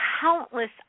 countless